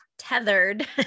tethered